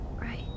Right